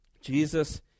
Jesus